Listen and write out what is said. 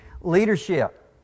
Leadership